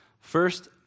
First